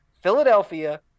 Philadelphia